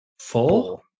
Four